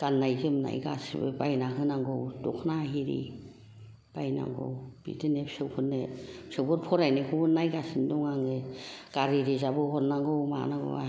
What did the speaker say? गान्नाय जोमनाय गासिबो बायना होनांगौ दख'ना हिरि बायनांगौ बिदिनो फिसौ फोरनो फिसौफोर फरायनायखौबो नायगासिनो दं आङो गारि रिजाबबो हरनांगौ मानांगौ आंहा